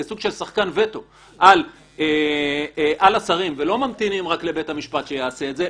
כסוג של שחקן וטו על השרים ולא ממתינים לבית המשפט שיעשה את זה,